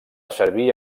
servir